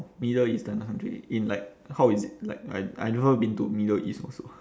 middle eastern county in like how is it like I I never been to middle east also